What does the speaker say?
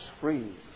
free